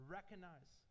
Recognize